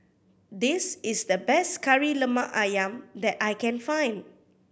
this is the best Kari Lemak Ayam that I can find